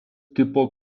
tipo